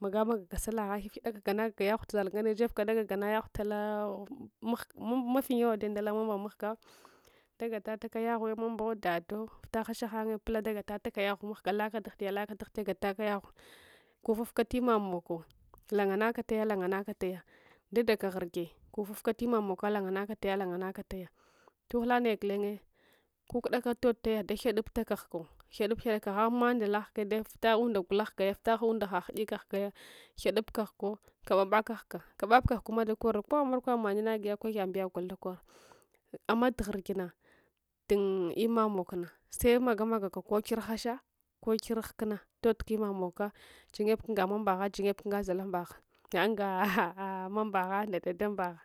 Maga magaka sala gha ganaka ya ghta zhata ngana jet da gaganat yagh t ala mghga mafi yawa de nda ala man mghga da gatataka yaghwa mamabo dado vita hashahan pita da gatataka yashwa laka dahchiya laka dahchiya gatata yagh kufutka tima moka langawaka taya langarna taya dadaka ghoge kutuka tina moka langanaka taya langana taya tuchula naya glenye kukdaka tod taya da ghyadad taka ghgo ghyadad ghyadaka aga mandala ghgaya daf vita umla gulla ghga vita umla haha hidika ghga ghyablab ghyadaka ghga kaba ka ghga vita kababka ghgama dakori ko markwa mannya giya kulathanbiya gol dakor ama daka ghygina dat hni molana se mage mag aka ko kir hasha ko kir lkna tod ka hna moka jannyebka danga zhalomubagha na chuga mama mbagha dadamin mbagha